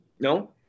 No